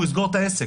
הוא יסגור את העסק.